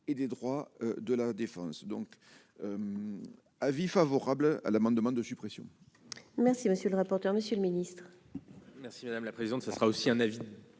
et des droits de la défense, donc avis favorable à l'amendement de suppression. Merci, monsieur le rapporteur, monsieur le ministre. Merci madame la présidente, ce sera aussi un avis